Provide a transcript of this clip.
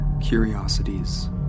curiosities